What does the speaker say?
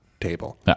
table